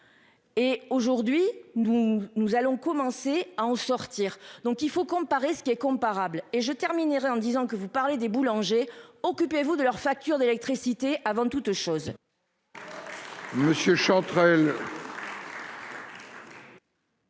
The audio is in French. Et aujourd'hui nous nous allons commencer à en sortir, donc il faut comparer ce qui est comparable. Et je terminerai en disant que vous parlez des boulangers, occupez-vous de leur facture d'électricité avant toute chose.